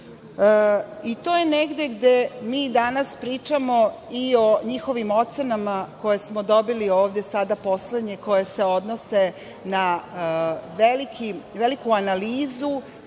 EU.To je negde gde mi danas pričamo i o njihovim ocenama koje smo dobili, ove poslednje koje se odnose na veliku analizu